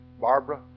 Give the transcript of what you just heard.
Barbara